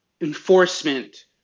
enforcement